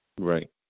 Right